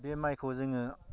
बे माइखौ जोङो